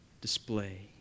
display